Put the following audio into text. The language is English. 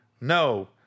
No